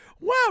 wow